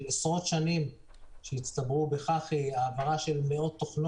שתי התחנות האלה --- היא נקראת גם רמת בקע,